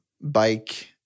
bike